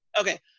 Okay